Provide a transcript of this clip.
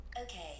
Okay